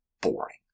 boring